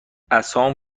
عصام